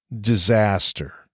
Disaster